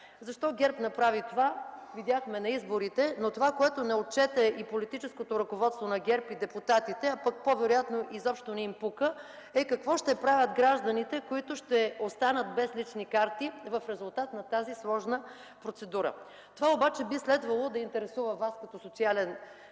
Защо ГЕРБ направи това – видяхме на изборите, но това, което не отчете и политическото ръководство на ГЕРБ, и депутатите, а по-вероятно – изобщо не им пука, е какво ще правят гражданите, останали без лични карти в резултат на тази сложна процедура. Това обаче би следвало да интересува Вас като социален министър.